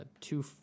two